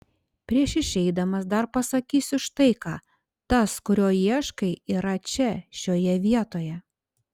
prieš išeidamas dar pasakysiu štai ką tas kurio ieškai yra čia šioje vietoje